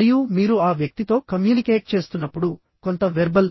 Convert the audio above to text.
మరియు మీరు ఆ వ్యక్తితో కమ్యూనికేట్ చేస్తున్నప్పుడుకొంత వెర్బల్